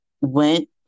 went